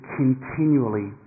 continually